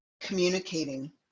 communicating